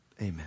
amen